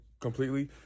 completely